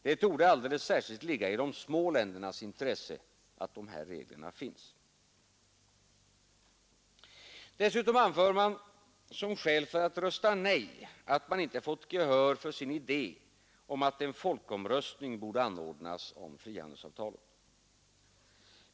Det torde alldeles särskilt ligga i de små ländernas intresse att de reglerna finns. Dessutom anför man som skäl för att rösta nej att man inte har fått gehör för sin idé om att en folkomröstning borde anordnas om frihandelsavtalet.